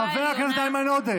חבר הכנסת איימן עודה.